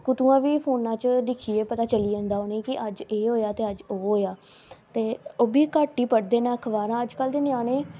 कु'त्थुआं बी फोनै च दिक्खियै पता चली जंदा उ'नें ई कि अज्ज एह् होया ते अज्ज ओह् होया ते ओह् बी घट्ट ई पढ़दे न अखबारांं अज्जकल दे ञ्यानें